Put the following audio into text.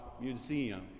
Museum